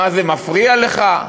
מה זה מפריע לך?